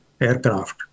aircraft